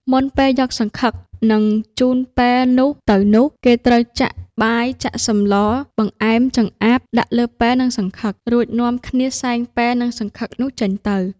មុនពេលយកសង្ឃឹកនិងជូនពែនោះទៅនោះ គេត្រូវចាក់ បាយចាក់សម្ល បង្អែម ចម្អាប ដាក់លើពែនិងសង្ឃឹក រួចនាំគ្នាសែងពែនិងសង្ឃឹកនោះចេញទៅ ។